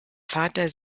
vater